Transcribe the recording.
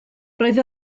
roedd